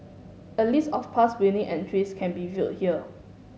a list of past winning entries can be viewed here